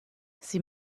sie